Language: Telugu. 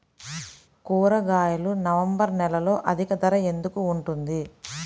కూరగాయలు నవంబర్ నెలలో అధిక ధర ఎందుకు ఉంటుంది?